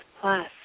plus